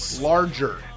Larger